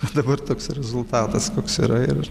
o dabar toks rezultatas koks yra ir